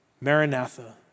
Maranatha